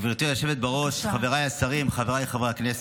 גברתי היושבת-ראש, חבריי השרים, חבריי חברי הכנסת,